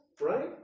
right